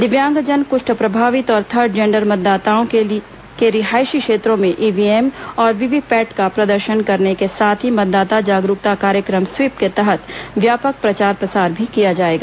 दिव्यांगजन कुष्ठ प्रभावित और थर्ड जेंडर मतदाताओं के रिहायशी क्षेत्रों में ईव्हीएम और वीवीपैट का प्रदर्शन करने के साथ ही मतदाता जागरूकता कार्यक्रम स्वीप के तहत व्यापक प्रचार प्रसार भी किया जाएगा